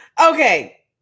Okay